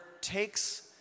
takes